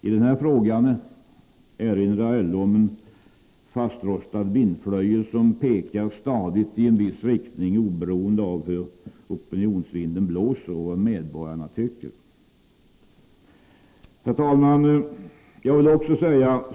I den här frågan erinrar LO om en fastrostad vindflöjel som pekar stadigt i en viss riktning oberoende av hur opinionsvinden blåser och vad medborgarna tycker. Herr talman!